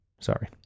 Sorry